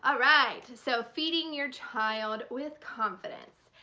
ah alright! so feeding your child with confidence!